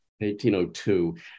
1802